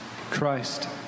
Christ